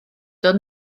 dod